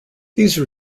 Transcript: these